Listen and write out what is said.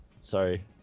Sorry